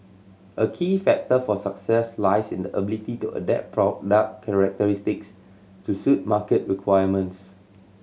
a key factor for success lies in the ability to adapt product characteristics to suit market requirements